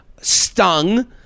stung